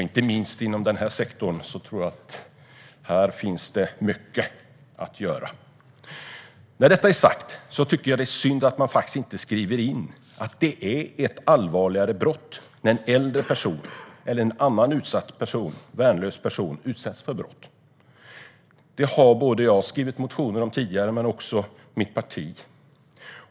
Inte minst inom detta område tror jag att det finns mycket att göra. När detta är sagt tycker jag att det är synd att man inte skriver in att det är ett allvarligare brott när en äldre person eller en annan värnlös person utsätts för brott. Det har både jag och mitt parti skrivit motioner om tidigare.